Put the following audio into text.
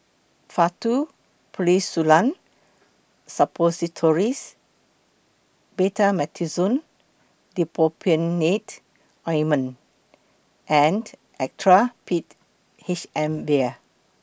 Faktu Policresulen Suppositories Betamethasone Dipropionate Ointment and Actrapid H M Vial